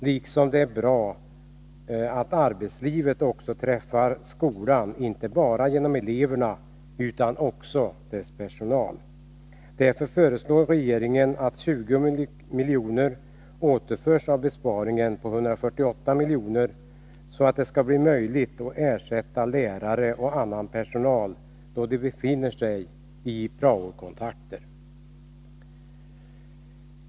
Likaså är det bra att arbetslivets representanter träffar skolans personal och inte bara dess elever. Därför föreslår regeringen att 20 milj.kr. återförs av besparingen på 148 milj.kr., så att det skall bli möjligt att ersätta lärare och annan personal som för tillfället ägnar sig åt prao-verksamheten.